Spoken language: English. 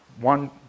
one